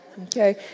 Okay